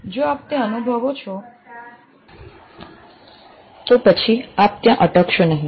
જો આપ તે અનુભવો છો તો પછી આપ ત્યાં અટકશો નહીં